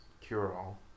cure-all